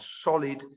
solid